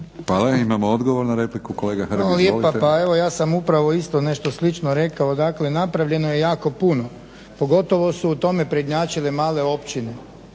Hvala. Imamo odgovor na repliku, kolega Hrg. Izvolite. **Hrg, Branko (HSS)** Hvala lijepa. Pa evo ja sam upravo isto nešto slično rekao. Dakle napravljeno je jako puno, pogotovo su u tome prednjačile male općine.